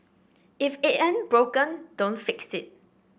if it ain't broken don't fix it